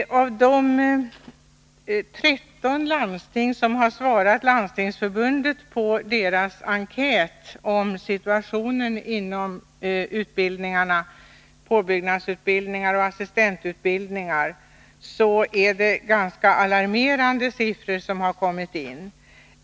Från de 13 landsting som har svarat på Landstingsförbundets enkät om situationen inom utbildningarna — påbyggnadsutbildningar och assistentutbildningar — är det ganska alarmerande siffror som har kommit in.